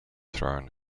thrown